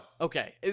Okay